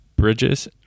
bridges